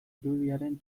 irudiaren